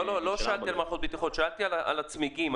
לא שאלתי על מערכות בטיחות, שאלתי על הצמיגים.